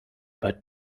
but